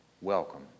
welcome